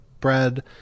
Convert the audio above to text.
bread